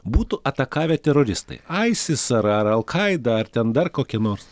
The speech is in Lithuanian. būtų atakavę teroristai aisis ar alkaida dar ten dar kokia nors